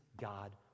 God